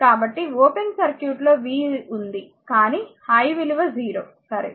కాబట్టి open circuit లో v ఉంది కానీ i విలువ 0 సరే